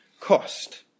cost